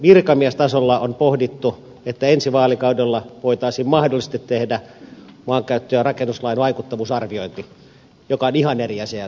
virkamiestasolla on pohdittu että ensi vaalikaudella voitaisiin mahdollisesti tehdä maankäyttö ja rakennuslain vaikuttavuusarviointi joka on ihan eri asia kuin kokonaisuudistus